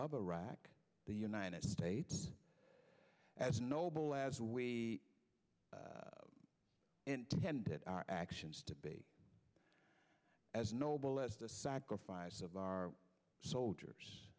of iraq the united states as noble as we intended our actions to be as noble as the sacrifice of our soldiers